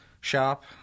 Shop